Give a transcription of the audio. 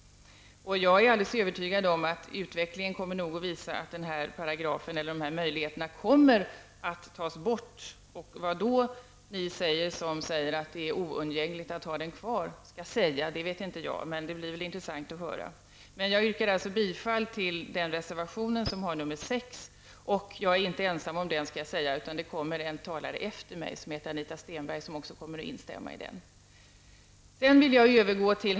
Jag är övertygad om att utvecklingen kommer att visa att denna paragraf och dessa möjligheter bör tas bort. Vad ni som nu säger att det är oundgängligen nödvändigt att ha den kvar skall säga då vet jag inte, men det blir intressant att höra. Jag yrkar bifall till reservation nr 6. Jag är inte ensam om detta. Nästa talare, Anita Stenberg, kommer att instämma i detta.